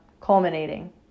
culminating